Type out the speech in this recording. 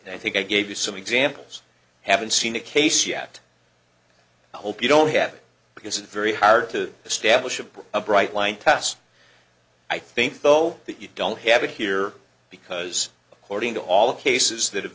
and i think i gave you some examples haven't seen a case yet i hope you don't have it because it's very hard to establish of a bright line test i think though that you don't have it here because according to all the cases that have